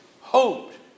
hoped